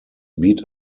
beat